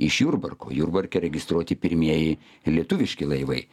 iš jurbarko jurbarke registruoti pirmieji lietuviški laivai